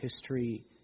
history